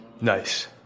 Nice